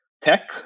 tech